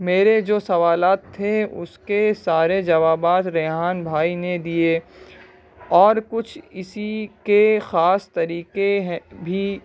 میرے جو سوالات تھے اس کے سارے جوابات ریحان بھائی نے دیے اور کچھ اسی کے خاص طریقے بھی